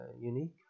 unique